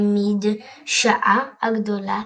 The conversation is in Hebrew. המדשאה הגדולה